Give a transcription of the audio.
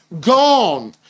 gone